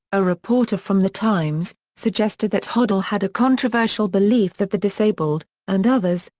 a reporter from the times, suggested that hoddle had a controversial belief that the disabled, and others,